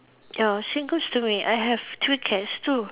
ya same goes to me I have two cats too